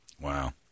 Wow